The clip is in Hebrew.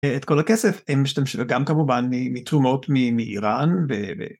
את כל הכסף הם משתמשים גם כמובן מתרומות מאיראן